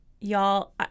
Y'all